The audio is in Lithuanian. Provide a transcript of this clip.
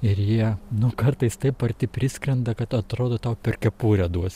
ir jie nu kartais taip arti priskrenda kad atrodo tau per kepurę duos